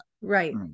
Right